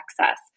access